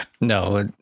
No